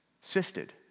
Sifted